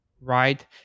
right